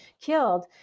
killed